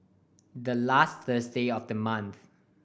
the last Thursday of the month